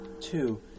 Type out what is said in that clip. two